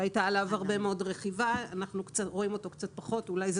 אנחנו רואים אותו קצת פחות ואולי זה